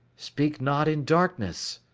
speak not in darkness.